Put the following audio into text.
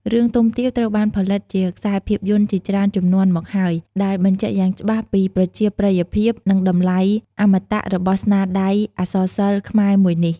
រឿង ទុំទាវ ត្រូវបានផលិតជាខ្សែភាពយន្តជាច្រើនជំនាន់មកហើយ ដែលបញ្ជាក់យ៉ាងច្បាស់ពីប្រជាប្រិយភាព និងតម្លៃអមតៈរបស់ស្នាដៃអក្សរសិល្ប៍ខ្មែរមួយនេះ។